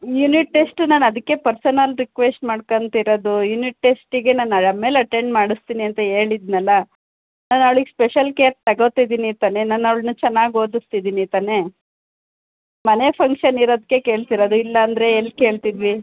unit test ನಾನು ಅದಕ್ಕೆ personal request ಮಾಡ್ಕೋತ ಇರೋದು ಯುನಿಟ್ ಟೆಸ್ಟಿಗೆ ನಾನು ಆಮೇಲೆ ಅಟೆಂಡ್ ಮಾಡಿಸ್ತೀನಿ ಅಂತ ಹೇಳಿದ್ನಲ್ಲ ನಾನು ಅವ್ಳಿಗೆ ಸ್ಪೆಷಲ್ ಕೇರ್ ತಗೋತಿದೀನಿ ತಾನೇ ನಾನು ಅವಳನ್ನ ಚೆನ್ನಾಗ್ ಓದಿಸ್ತಿದ್ದೀನಿ ತಾನೇ ಮನೆ ಫಂಕ್ಷನ್ ಇರೋದ್ಕೆ ಕೇಳ್ತಿರೋದು ಇಲ್ಲ ಅಂದರೆ ಎಲ್ಲಿ ಕೇಳ್ತಿದ್ವಿ